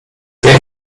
wer